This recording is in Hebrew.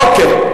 אוקיי.